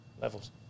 levels